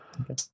Okay